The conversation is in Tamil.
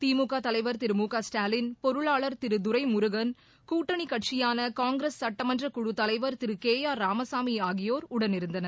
திமுக தலைவர் திரு மு க ஸ்டாலின் பொருளாளர் திருதுரைமுருகன் கூட்டணிகட்சிபானகாங்கிரஸ் சட்டமன்ற குழு தலைவர் திருகேஆர் ராமசாமிஆகியோர் உடன் இருந்தனர்